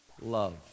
love